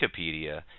Wikipedia